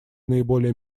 наиболее